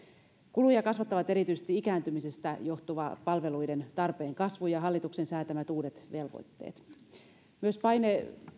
kuluja kasvattavat erityisesti ikääntymisestä johtuva palveluiden tarpeen kasvu ja hallituksen säätämät uudet velvoitteet myös paine